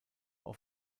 auf